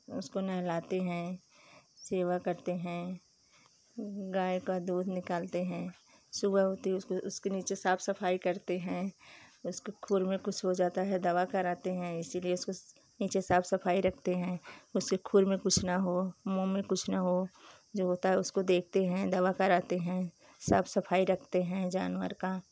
उसको नहलाते हैं सेवा करते हैं गाय का दूध निकालते हैं सुबह होते ही उस उसके नीचे साफ सफाई करते हैं उसको खोल में कुछ हो जाता है दवा कराते हैं इसीलिए उसको नीचे साफ सफाई रखते हैं उसके खुर में कुछ ना हो मुँह में कुछ ना हो जो होता है उसको देखते हैं दवा कराते हैं साफ सफाई रखते हैं जानवर का